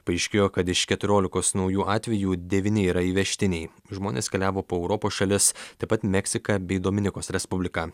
paaiškėjo kad iš keturiolika naujų atvejų devyni yra įvežtiniai žmonės keliavo po europos šalis taip pat meksiką bei dominikos respubliką